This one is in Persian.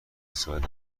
سوئد